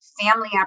family